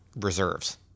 reserves